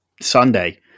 Sunday